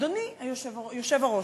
אדוני היושב-ראש,